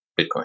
Bitcoin